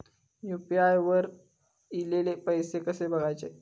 UPI वर ईलेले पैसे कसे बघायचे?